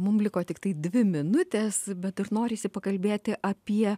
mum liko tiktai dvi minutės bet ir norisi pakalbėti apie